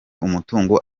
umutungo